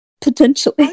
Potentially